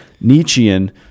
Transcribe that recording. Nietzschean